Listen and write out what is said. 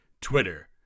Twitter